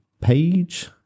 page